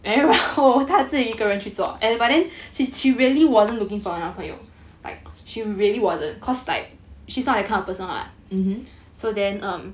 mmhmm